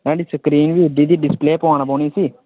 नाढ़ी screen बी उड्डी दी डिस्प्ले पोआनै पौनी इस्सी